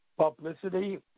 Publicity